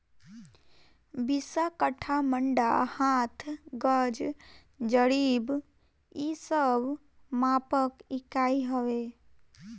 बिस्सा, कट्ठा, मंडा, हाथ, गज, जरीब इ सब मापक इकाई हवे